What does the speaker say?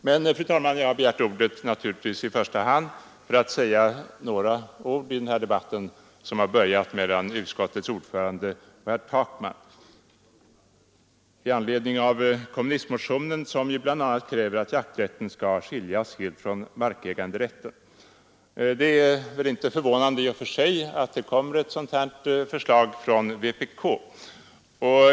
Jag har, fru talman, naturligtvis begärt ordet i första hand för att deltaga i den debatt som börjat mellan utskottets ordförande och herr Takman i anledning av kommunistmotionen, som bl.a. kräver att jakträtten helt skall skiljas från markäganderätten. Det är väl inte förvånande i och för sig att ett sådant här förslag kommer från vpk.